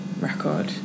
record